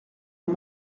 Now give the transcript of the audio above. aux